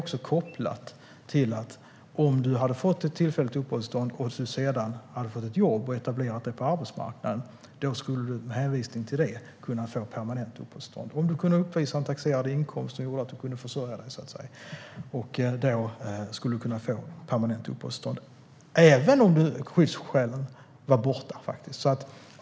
Det här är kopplat till att om du får tillfälligt uppehållstillstånd, sedan får ett jobb och etablerar dig på arbetsmarknaden, kan du hänvisa till detta och få permanent uppehållstillstånd. Om du kan uppvisa en taxerad inkomst som gör att du kan försörja dig ska du kunna få permanent uppehållstillstånd - även om skyddsskälen är borta.